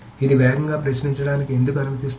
ఇది వేగంగా ప్రశ్నించడానికి ఎందుకు అనుమతిస్తుంది